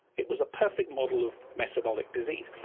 it was a perfect model of metabolic disease.